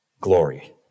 glory